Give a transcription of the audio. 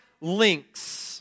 links